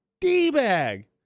D-bag